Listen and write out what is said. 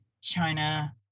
China